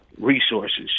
resources